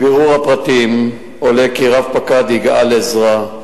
1. מבירור הפרטים עולה כי רב-פקד יגאל עזרא,